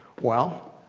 well,